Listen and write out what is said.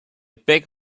beg